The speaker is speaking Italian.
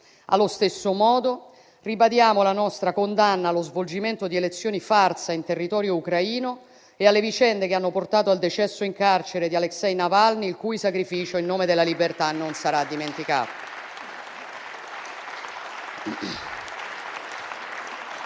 Allo stesso modo, ribadiamo la nostra condanna allo svolgimento di elezioni farsa in territorio ucraino e alle vicende che hanno portato al decesso in carcere di Aleksei Navalny, il cui sacrificio in nome della libertà non sarà dimenticato.